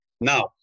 Now